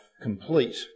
complete